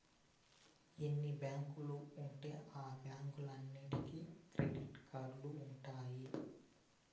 ఎన్ని బ్యాంకులు ఉంటే ఆ బ్యాంకులన్నీటికి క్రెడిట్ కార్డులు ఉంటాయి